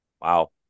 wow